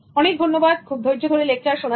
অনেক ধন্যবাদ খুব ধৈর্য্য ধরে লেকচার শোনার জন্য